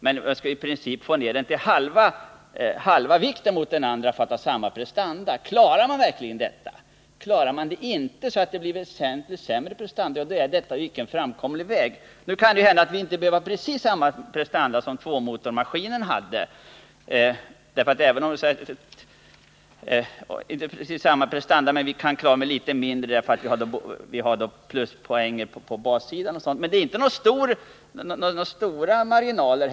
Man skall i princip få ned det till halva vikten av andra plan för att få samma prestanda. Klarar man verkligen detta? Klarar man det inte. så att det blir tydligt sämre prestanda, då är inte detta en framkomlig väg. Det kan ju hända att det nya planet inte behöver ha precis samma prestanda som tvåmotorsmaskinerna, eftersom vi i s let uppnår pluspoäng på bassidan. Men det finns inga stora marginaler.